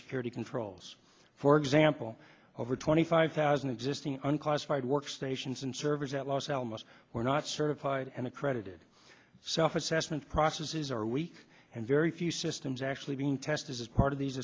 security controls for example over twenty five as an existing unclassified workstations and servers at los alamos were not certified and accredited self assessment processes are weak and very few systems are actually being tested as part of these